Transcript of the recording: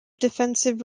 defensive